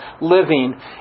living